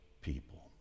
people